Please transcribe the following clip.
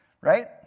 right